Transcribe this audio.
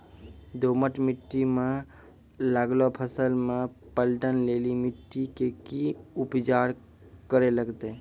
दोमट मिट्टी मे लागलो फसल मे पटवन लेली मिट्टी के की उपचार करे लगते?